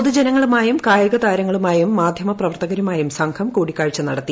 പൊതുജനങ്ങളുമായും കായികതാരങ്ങളുമായും മാധ്യമപ്രവർത്തകരുമായും സംഘം കൂടിക്കാഴ്ച നടത്തി